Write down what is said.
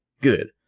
good